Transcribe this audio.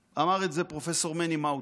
אמר את זה גם פרופ' מני מאוטנר.